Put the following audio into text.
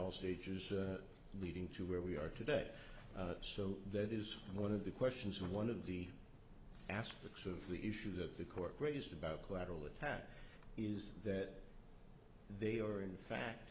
all stages leading to where we are today so that is one of the questions one of the aspects of the issue that the court raised about collateral attack is that they are in fact